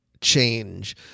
change